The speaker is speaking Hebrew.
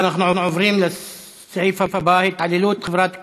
אנחנו עוברים להצעות לסדר-היום בנושא: התעללות חברת "כלל"